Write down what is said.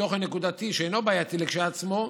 לתוכן נקודתי שאינו בעייתי כשלעצמו,